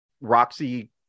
Roxy